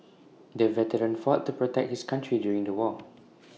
the veteran fought to protect his country during the war